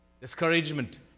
discouragement